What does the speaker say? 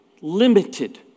limited